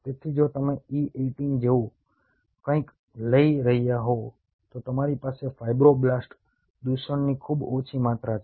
તેથી જો તમે E18 જેવું કંઈક લઈ રહ્યા હોવ તો તમારી પાસે ફાઈબ્રોબ્લાસ્ટ દૂષણની ખૂબ ઓછી માત્રા છે